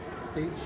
Stage